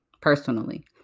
personally